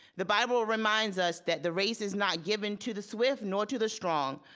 the bible reminds us that the race is not given to the swift nor to the strong,